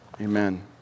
amen